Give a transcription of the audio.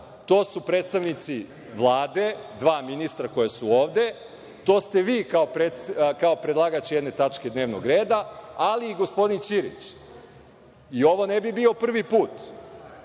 to su predstavnici Vlade, dva ministra koja su ovde, to ste vi kao predlagač jedne tačke dnevnog reda, ali i gospodin Ćirić. Ovo ne bi bio prvi put